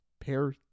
pair